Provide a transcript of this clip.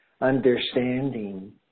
understanding